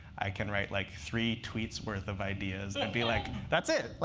i can write like three tweets' worth of ideas and be like, that's it.